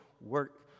work